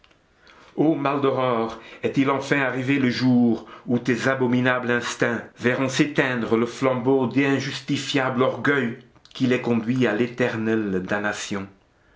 o maldoror est-il enfin arrivé le jour où tes abominables instincts verront s'éteindre le flambeau d'injustifiable orgueil qui les conduit à l'éternelle damnation